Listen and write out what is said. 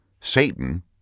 Satan